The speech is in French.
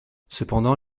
cependant